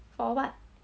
for what